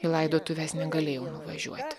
į laidotuves negalėjau nuvažiuoti